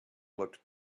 looked